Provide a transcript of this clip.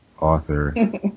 author